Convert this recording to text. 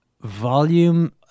volume